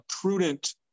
prudent